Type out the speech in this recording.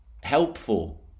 helpful